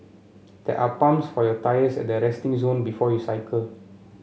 there are pumps for your tyres at the resting zone before you cycle